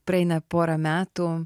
praeina pora metų